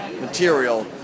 material